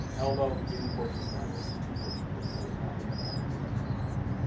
elbow, even portions of our wrist. two portions. what we call the proximal carpus and distal carpus.